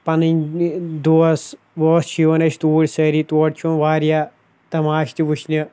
پَنٕنۍ دوس ووس چھِ یِوان أسۍ چھِ توٗرۍ سٲری تور چھِ یِوان واریاہ تَماش تہِ وٕچھنہِ